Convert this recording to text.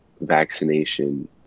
vaccination